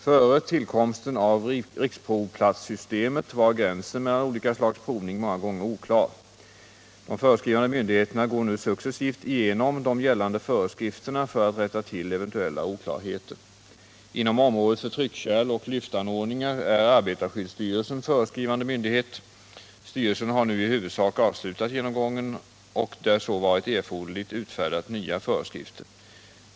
Före tillkomsten av riksprovplatssystemet var gränsen mellan olika slags provning många gånger oklar. De föreskrivande myndigheterna går nu successivt igenom de gällande föreskrifterna för att rätta till eventuella oklarheter. Inom området för tryckkärl och lyftanordningar är arbetarskyddsstyrelsen föreskrivande myndighet. Styrelsen har nu i huvudsak avslutat genomgången och där så varit erforderligt utfärdat nya föreskrifter.